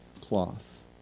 cloth